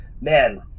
man